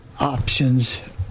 options